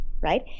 Right